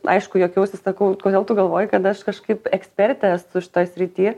aišku juokiausi sakau kodėl tu galvoji kad aš kažkaip ekspertė esu šitoj srity